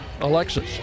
Alexis